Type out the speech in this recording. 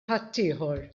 ħaddieħor